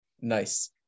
nice